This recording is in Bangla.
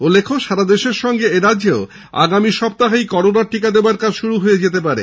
উল্লেখ্য সারা দেশের সঙ্গে এরাজ্যেও আগামী সপ্তাহেই করোনার টীকা দেওয়ার কাজ শুরু হতে পারে